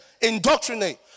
indoctrinate